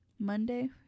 Monday